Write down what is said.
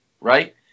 right